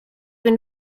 been